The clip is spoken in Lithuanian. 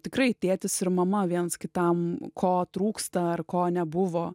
tikrai tėtis ir mama viens kitam ko trūksta ar ko nebuvo